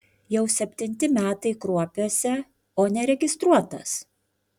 jau septinti metai kruopiuose o neregistruotas